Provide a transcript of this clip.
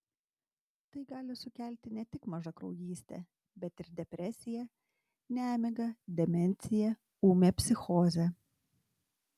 tai gali sukelti ne tik mažakraujystę bet ir depresiją nemigą demenciją ūmią psichozę